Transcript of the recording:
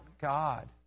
God